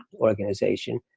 organization